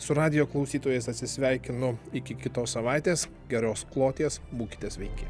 su radijo klausytojais atsisveikinu iki kitos savaitės geros kloties būkite sveiki